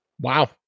Wow